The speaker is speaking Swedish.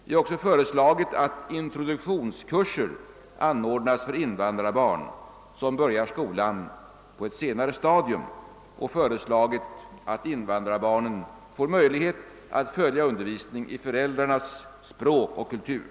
Det har också föreslagits att introduktionskurser skall anordnas för invandrarbarn som börjar skolan på ett senare stadium samt att barnen skall få möjlighet att följa undervisning i föräldrarnas språk och kultur.